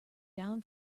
down